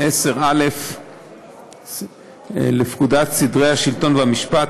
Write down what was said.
10א לפקודת סדרי השלטון והמשפט,